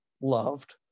loved